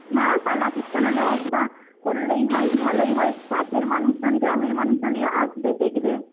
হ্যাঁ পালা কীর্তনের ব্যবস্থা করলেই হয় ভালোই হয় পাশের মানুষজন গ্রামের মানুষজনে আসবে দেখবে